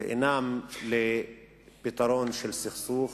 ואינם לפתרון של סכסוך.